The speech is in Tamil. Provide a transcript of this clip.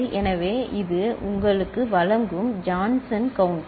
எனவே இது உங்களுக்கு வழங்கும் ஜான்சன் கவுண்ட்டர்